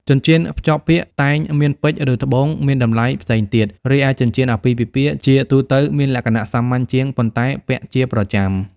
ចិញ្ចៀនភ្ជាប់ពាក្យតែងមានពេជ្រ ឬ ត្បូង មានតម្លៃផ្សេងទៀត រីឯចិញ្ចៀនអាពាហ៍ពិពាហ៍ជាទូទៅមានលក្ខណៈសាមញ្ញជាង ប៉ុន្តែពាក់ជាប្រចាំ។"